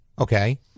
okay